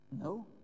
No